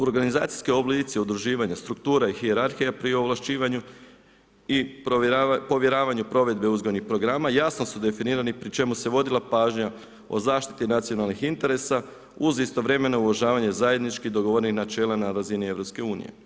Organizacijski oblici, udruživanja, struktura i hijerarhija pri ovlašćivanju i provjeravanju provedbe uzgojnih programa, jasno su definirani, pri čemu se vodila pažnja o zaštiti nacionalnih interesa, uz istovremeno uvažavanje, dogovorenih načela na razini EU.